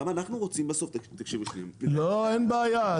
אין בעיה.